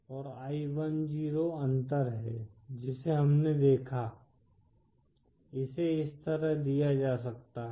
और i10 अंतर है जिसे हमने देखा इसे इस तरह दिया जा सकता है